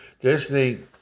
Disney